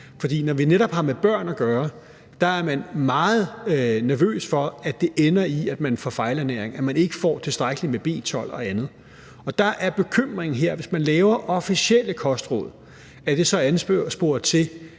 for når vi netop har med børn at gøre, er man meget nervøs for, at det ender med, at de er fejlernærede, at de ikke får tilstrækkeligt med B12-vitamin og andet. Bekymringen her er, om det, hvis man laver officielle kostråd, så vil anspore